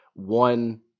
one